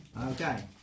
Okay